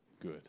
Good